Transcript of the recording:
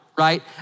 right